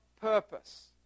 purpose